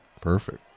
Perfect